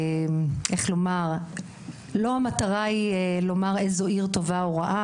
אין מטרתי לומר איזו עיר היא טובה או רעה,